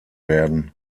werden